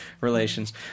relations